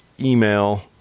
email